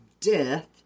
death